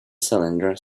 cylinder